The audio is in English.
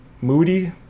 moody